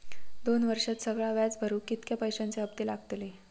दोन वर्षात सगळा व्याज भरुक कितक्या पैश्यांचे हप्ते लागतले?